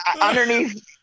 Underneath